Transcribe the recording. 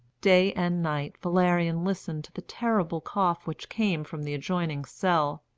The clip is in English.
day and night valerian listened to the terrible cough which came from the adjoining cell.